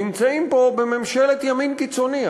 נמצאים פה בממשלת ימין קיצוני,